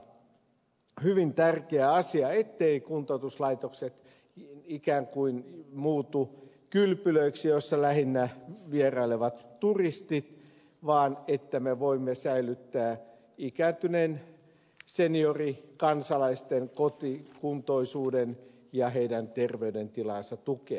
on hyvin tärkeä asia etteivät kuntoutuslaitokset ikään kuin muutu kylpylöiksi joissa lähinnä vierailevat turistit vaan että me voimme säilyttää ikääntyneiden seniorikansalaisten kotikuntoisuuden ja heidän terveydentilaansa tukea